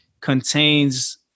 contains